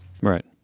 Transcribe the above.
Right